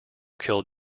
killed